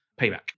payback